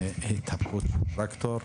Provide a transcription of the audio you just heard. בהתהפכות טרקטור,